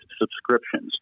subscriptions